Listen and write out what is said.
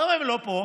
למה הם לא פה?